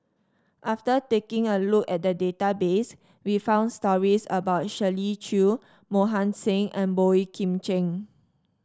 after taking a look at the database we found stories about Shirley Chew Mohan Singh and Boey Kim Cheng